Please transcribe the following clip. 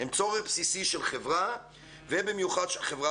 הם צורך בסיסי של חברה ובמיוחד של חברה